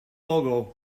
logo